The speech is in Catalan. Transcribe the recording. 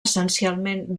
essencialment